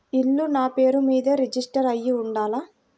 ఇల్లు నాపేరు మీదే రిజిస్టర్ అయ్యి ఉండాల?